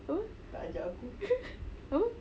apa